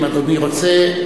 אם אדוני רוצה,